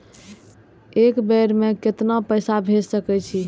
एक बेर में केतना पैसा भेज सके छी?